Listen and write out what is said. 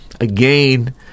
Again